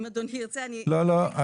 אם אדוני ירצה אני --- לא, לא.